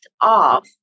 off